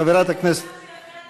חברת הכנסת, תגיד משהו יפה.